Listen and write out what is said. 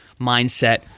mindset